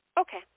Okay